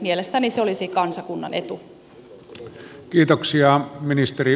mielestäni se olisi kansakunnan etu